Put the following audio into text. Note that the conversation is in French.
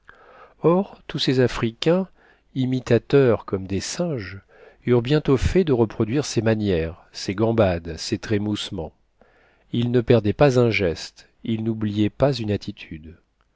or tous ces africains imitateurs comme des singes eurent bientôt fait de reproduire ses manières ses gambades ses trémoussements ils ne perdaient pas un geste ils n'oubliaient pas une attitude